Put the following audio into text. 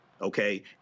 okay